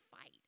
fight